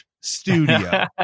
studio